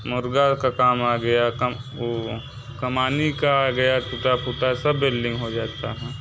मुर्ग़ का काम आ गया कमा वो कमानी का आ गया टुटा फुटा सब बेल्डिंग हो जाता है